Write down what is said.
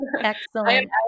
Excellent